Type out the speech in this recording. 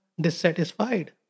dissatisfied